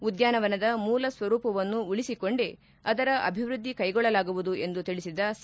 ಉದ್ಯಾನವನದ ಮೂಲ ಸ್ವರೂಪವನ್ನು ಉಳಿಸಿಕೊಂಡೇ ಅದರ ಅಭಿವೃದ್ಧಿ ಕೈಗೊಳ್ಳಲಾಗುವುದು ಎಂದು ತಿಳಿಸಿದ ಸಾ